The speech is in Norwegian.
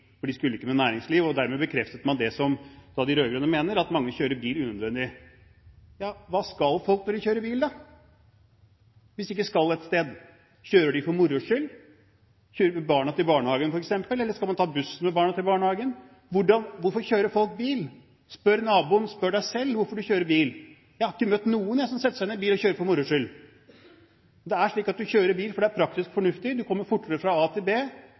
de ikke skal et sted? Kjører de for moro skyld? Kjører man f.eks. barna til barnehagen, eller skal man ta bussen med barna til barnehagen? Hvorfor kjører folk bil? Spør naboen, spør deg selv om hvorfor du kjører bil. Jeg har ikke møtt noen som setter seg inn i en bil for å kjøre for moro skyld. Det er slik at du kjører bil fordi det er praktisk og fornuftig, du kommer fortere fra A til B,